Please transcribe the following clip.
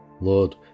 Lord